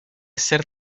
ser